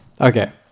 Okay